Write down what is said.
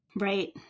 Right